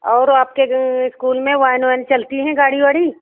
और आपके ईस्कूल में वैन वैन चलती हैं गाड़ी वाड़ी